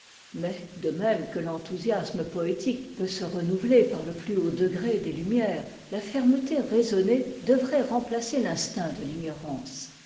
mais de mêie que l'enthousiasme poétique peut se ren aveter par le plus haut degré des lumières la fermeté raisonnée devrait remplacer l'instinct de l'ignorance